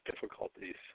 difficulties